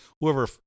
whoever